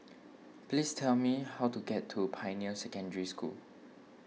please tell me how to get to Pioneer Secondary School